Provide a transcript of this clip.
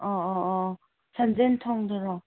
ꯑꯣ ꯑꯣ ꯑꯣ ꯁꯟꯖꯦꯟ ꯊꯣꯡꯗꯨꯔꯣ